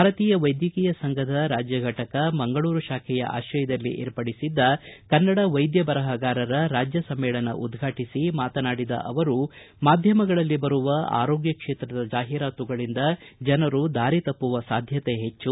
ಭಾರತೀಯ ವೈದ್ಯಕೀಯ ಸಂಘದ ರಾಜ್ಯ ಘಟಕ ಮಂಗಳೂರು ಶಾಖೆಯ ಆಶ್ರಯದಲ್ಲಿ ಏರ್ಪಡಿಸಿರುವ ಕನ್ನಡ ವೈದ್ಯ ಬರಹಗಾರರ ರಾಜ್ಯ ಸಮ್ಮೇಳನ ಉದ್ಘಾಟಿಸಿ ಮಾತನಾಡಿದ ಅವರು ಮಾಧ್ಯಮಗಳಲ್ಲಿ ಬರುವ ಆರೋಗ್ಯ ಕ್ಷೇತ್ರದ ಜಾಹೀರಾತುಗಳಂದ ಜನರು ದಾರಿ ತಪ್ಪುವ ಸಾಧ್ಯತೆ ಹೆಚ್ಚು